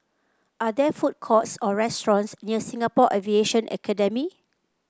are there food courts or restaurants near Singapore Aviation Academy